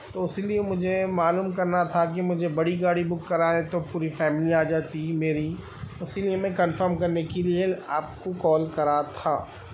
تو اسی لیے مجھے معلوم کرنا تھا کہ مجھے بڑی گاڑی بک کرائے تو پوری فیملی آ جاتی میری اسی لیے میں کنفرم کرنے کی لیے آپ کو کال کرا تھا